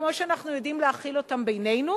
כמו שאנחנו יודעים להכיל אותם בינינו